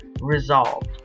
resolved